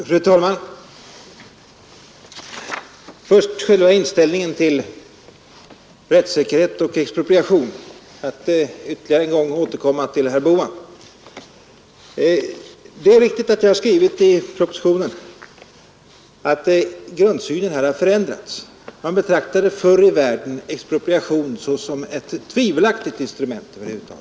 Fru talman! Först själva inställningen till rättssäkerhet och expropriation — för att nu ytterligare en gång återkomma till herr Bohman. Det är riktigt att jag har skrivit i propositionen att grundsynen här har förändrats. Man betraktade förr i världen expropriation såsom ett tvivelaktigt instrument.